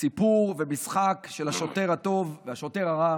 סיפור ומשחק של השוטר הטוב והשוטר הרע